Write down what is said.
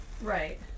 Right